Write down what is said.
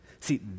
See